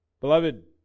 beloved